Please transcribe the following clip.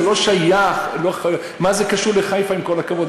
זה לא שייך, מה זה קשור לחיפה, עם כל הכבוד?